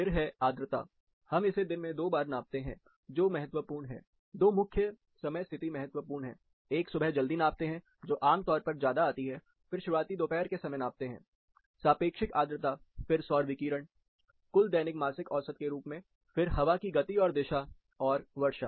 फिर हैं आर्द्रता हम इसे दिन में दो बार नापते हैं जो महत्वपूर्ण है दो मुख्य समय स्थिति महत्वपूर्ण हैं एक सुबह जल्दी नापते है जो आमतौर पर ज्यादा आती है फिर शुरुआती दोपहर के समय नापते हैं सापेक्षिक आर्द्रता फिर सौर विकिरण कुल दैनिक मासिक औसत के रूप में फिर हवा की गति और दिशा और वर्षा